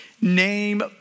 name